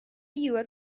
your